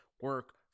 Work